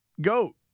Goat